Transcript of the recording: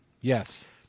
Yes